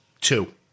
Two